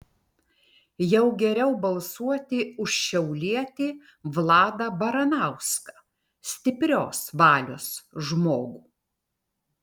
jau geriau balsuoti už šiaulietį vladą baranauską stiprios valios žmogų